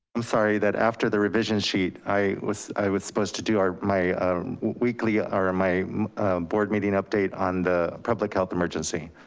i'm sorry that after the revisions sheet i was, i was supposed to do our, my weekly, ah or my board meeting update on the public health emergency.